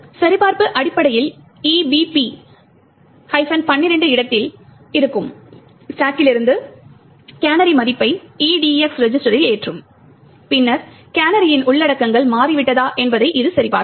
இப்போது சரிபார்ப்பு அடிப்படையில் EBP 12 இடத்தில் இருக்கும் ஸ்டாகிலிருந்து கேனரி மதிப்பை EDX ரெஜிஸ்டரில் ஏற்றும் பின்னர் கேனரியின் உள்ளடக்கங்கள் மாறிவிட்டதா என்பதை இது சரிபார்க்கும்